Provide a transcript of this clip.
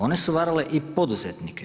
One su varale i poduzetnike.